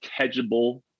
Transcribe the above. catchable